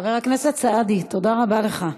חבר הכנסת סעדי, תודה רבה לך.